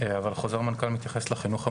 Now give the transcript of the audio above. אבל חוזר מנכ"ל מתייחס לחינוך הממלכתי.